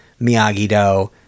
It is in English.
Miyagi-Do